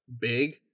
big